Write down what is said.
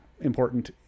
important